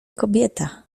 kobieta